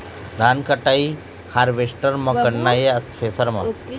धान कटाई हारवेस्टर म करना ये या थ्रेसर म?